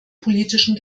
politischen